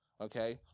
okay